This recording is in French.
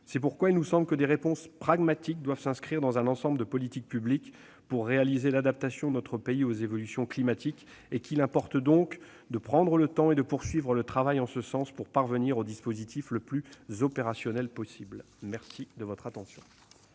C'est pourquoi des réponses pragmatiques doivent s'inscrire dans un ensemble de politiques publiques pour réaliser l'adaptation de notre pays aux évolutions climatiques. Il importe donc de prendre du temps et de poursuivre le travail en ce sens pour aboutir au dispositif le plus opérationnel possible. La parole est